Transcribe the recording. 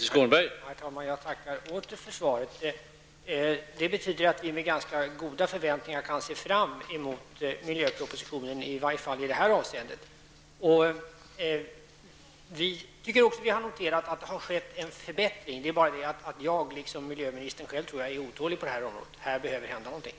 Herr talman! Jag tackar för det kompletterande svaret. Det betyder att vi med viss förväntan kan se fram mot miljöpropositionen, i varje fall i detta avseende. Vi har noterat att det har skett en förbättring, men jag, liksom även miljöministern själv tror jag, är otålig på detta område. I detta sammanhang behöver något hända.